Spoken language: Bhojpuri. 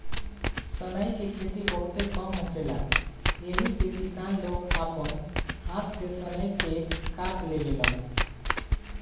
सनई के खेती बहुते कम होखेला एही से किसान लोग आपना हाथ से सनई के काट लेवेलेन